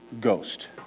Ghost